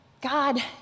God